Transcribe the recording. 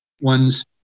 ones